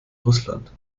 russland